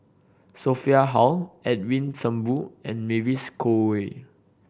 Sophia Hull Edwin Thumboo and Mavis Khoo Oei